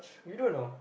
you don't know